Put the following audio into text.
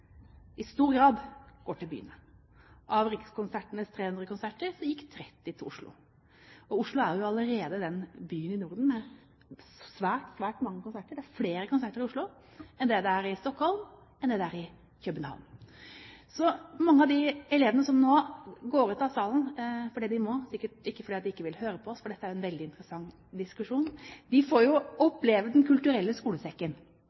i stor grad går til byene. Av Rikskonsertenes 300 konserter gikk 30 til Oslo. Oslo er allerede den byen i Norden med svært, svært mange konserter. Det er flere konserter i Oslo enn det er i Stockholm, enn det er i København. Mange av de elevene som nå går ut av salen fordi de må, sikkert ikke fordi de ikke vil høre på oss, for dette er en veldig interessant diskusjon, får oppleve Den kulturelle skolesekken.